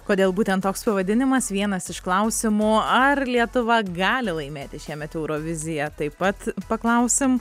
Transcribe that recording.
kodėl būtent toks pavadinimas vienas iš klausimų ar lietuva gali laimėti šiemet euroviziją taip pat paklausim